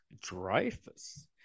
Dreyfus